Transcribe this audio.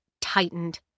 tightened